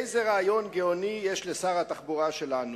איזה רעיון גאוני יש לשר התחבורה שלנו,